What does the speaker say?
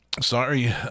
sorry